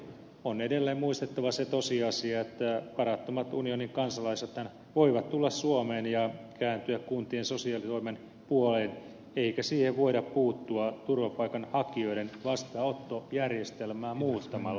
on edelleen muistettava se tosiasia että varattomat unionin kansalaisethan voivat tulla suomeen ja kääntyä kuntien sosiaalitoimen puoleen eikä siihen voida puuttua turvapaikanhakijoiden vastaanottojärjestelmää muuttamalla